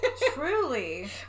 Truly